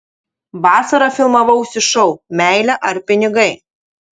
vasarą filmavausi šou meilė ar pinigai